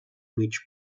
mig